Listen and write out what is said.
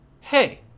Hey